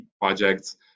projects